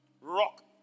Rock